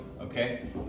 okay